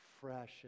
fresh